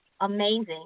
amazing